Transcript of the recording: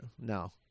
No